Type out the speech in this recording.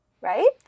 right